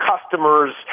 customers